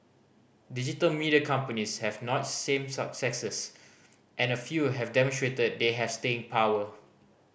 digital media companies have notched same successes and a few have demonstrated they have staying power